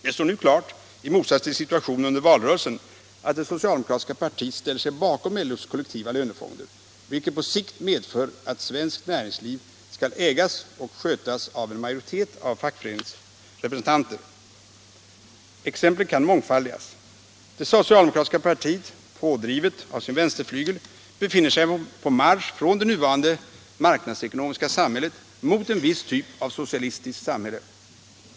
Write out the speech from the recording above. Det står nu klart, i motsats till situationen under valrörelsen, att det socialdemokratiska partiet ställer sig bakom LO:s kollektiva lönefonder, vilket på sikt medför att svenskt näringsliv skall ägas och skötas av en majoritet av fackföreningsrepresentanter. Exemplen kan mångfaldigas. Det socialdemokratiska partiet, pådrivet av sin vänsterflygel, befinner sig på marsch från det nuvarande marknadsekonomiska samhället mot en viss typ av socialistiskt samhälle.